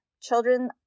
Children